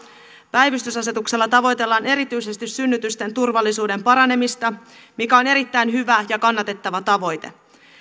päivystysasetuksella tavoitellaan erityisesti synnytysten turvallisuuden paranemista mikä on erittäin hyvä ja kannatettava tavoite